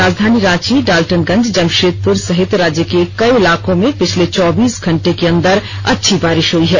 राजधानी रांची डाल्टनगंज जमशेदपुर सहित राज्य के कई इलाकों में पिछले चौबीस घंटे के अंदर अच्छी बारिश हुई है